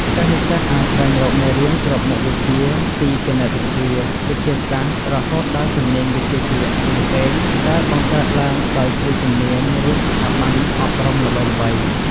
សិស្សនិស្សិតអាចស្វែងរកមេរៀនគ្រប់មុខវិជ្ជា ពីគណិតវិទ្យា វិទ្យាសាស្ត្រ រហូតដល់ជំនាញវិជ្ជាជីវៈផ្សេងៗ ដែលបង្កើតឡើងដោយគ្រូជំនាញ ឬស្ថាប័នអប់រំល្បីៗ។